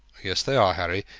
yes, they are, harry.